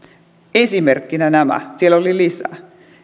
esimerkkinä nämä siellä oli lisää